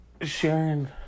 Sharon